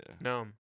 no